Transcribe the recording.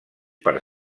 per